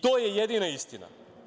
To je jedina istina.